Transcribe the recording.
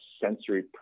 sensory